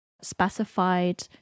specified